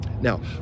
Now